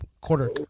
quarter